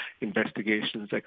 investigations